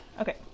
Okay